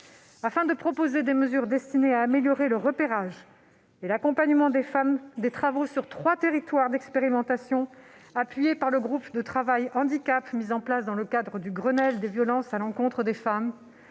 Afin de proposer des mesures destinées à améliorer le repérage et l'accompagnement des femmes, des travaux seront menés sur trois territoires d'expérimentation. Ils seront appuyés par le groupe de travail « handicap » mis en place dans le cadre du Grenelle des violences à l'encontre des femmes.